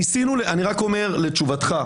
אני רק אומר לתשובתך,